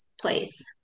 place